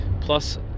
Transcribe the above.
plus